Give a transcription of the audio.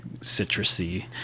citrusy